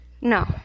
No